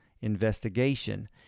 investigation